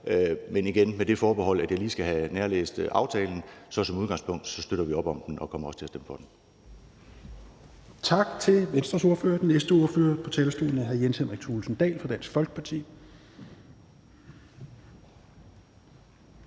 men igen med det forbehold, at jeg lige skal have nærlæst aftalen. Så som udgangspunkt støtter vi op om den og kommer også til at stemme for den. Kl. 12:33 Fjerde næstformand (Rasmus Helveg Petersen): Tak til Venstres ordfører. Den næste ordfører på talerstolen er hr. Jens Henrik Thulesen Dahl fra Dansk Folkeparti.